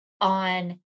on